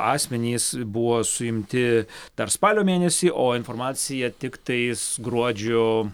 asmenys buvo suimti dar spalio mėnesį o informacija tiktais gruodžio